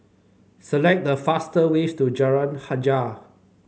select the fast ways to Jalan Hajijah